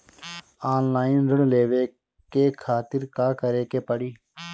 Online ऋण लेवे के खातिर का करे के पड़ी?